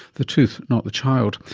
the tooth, not the child.